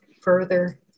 further